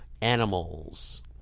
animals